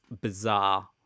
bizarre